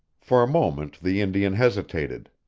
for a moment the indian hesitated,